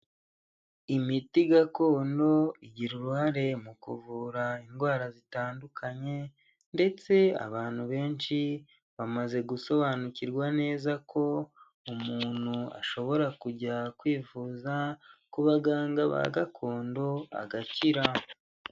Imiti gakondo igira uruhare mu kuvura indwara zitandukanye ndetse abantu benshi bamaze gusobanukirwa neza ko umuntu ashobora kujya kwivuza ku baganga ba gakondo agakira.